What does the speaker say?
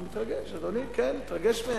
אני מתרגש, אדוני, כן, מתרגש מהם.